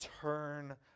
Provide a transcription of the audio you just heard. turn